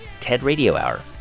TEDRadioHour